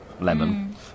lemon